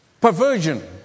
perversion